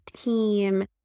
team